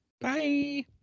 Bye